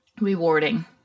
rewarding